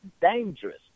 dangerous